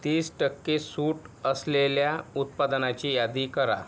तीस टक्के सूट असलेल्या उत्पादनाची यादी करा